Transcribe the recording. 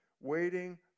waiting